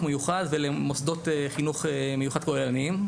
מיוחד ולמוסדות חינוך מיוחד כוללניים,